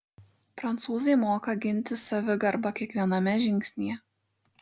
prancūzai moka ginti savigarbą kiekviename žingsnyje